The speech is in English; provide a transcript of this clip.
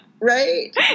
Right